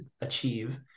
achieve